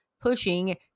pushing